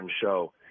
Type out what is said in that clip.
show